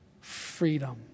freedom